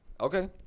Okay